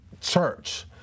church